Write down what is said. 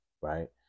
right